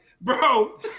bro